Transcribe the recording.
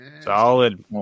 Solid